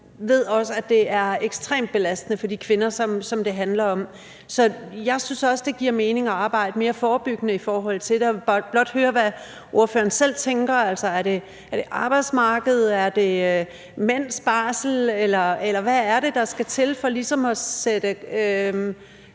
ved også, at det er ekstremt belastende for de kvinder, som det handler om. Jeg synes også, det giver mening at arbejde mere forebyggende i forhold til det, og jeg vil blot høre, hvad ordføreren selv tænker: Er det arbejdsmarkedet, er det mænds barsel, eller hvad er det, der skal til, for ligesom at gøre